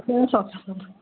ए सक्छु सक्छु